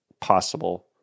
possible